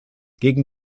gegen